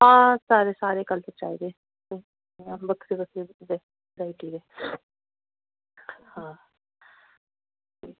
हां सारे सारे कल चाहिदे इ'यां बक्खरी बक्खरी पूजा करना ऐ हां